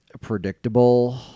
predictable